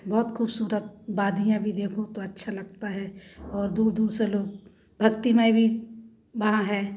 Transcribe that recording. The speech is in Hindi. बहुत खूबसूरत वादियाँ भी देखो तो अच्छा लगता है और दूर दूर से लोग भक्तिमय भी वहाँ हैं